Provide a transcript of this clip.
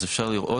אז אפשר לראות,